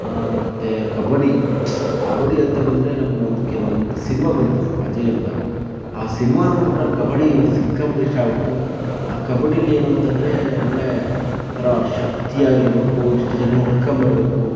ಮತ್ತು ಕಬಡ್ಡಿ ಕಬಡ್ಡಿ ಅಂತ ಬಂದರೆ ನಮಗೊಂದು ಕೆಲವೊಂದು ಒಂದು ಸಿನಿಮಾ ಬಂತು ಅಜಯ್ ಅಂತ ಆ ಸಿನಿಮಾ ನೋಡಿಬಿಟ್ಟು ನನಗೆ ಕಬಡ್ಡಿ ಸಿಕ್ಕಾಪಟ್ಟೆ ಇಷ್ಟ ಆಗಿಬಿಡ್ತು ಆ ಕಬಡ್ಡಿಯಲ್ಲಿ ಏನೂಂತಂದರೆ ಒಳ್ಳೆಯ ಥರ ಶಕ್ತಿಯಾಗಿ ಇರಬೇಕು ಇಷ್ಟು ಜನನ್ನ ಹೊಡ್ಕೊಂಡು ಬರಬೇಕು